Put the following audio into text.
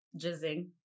jizzing